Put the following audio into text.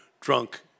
drunk